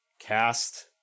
cast